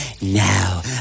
Now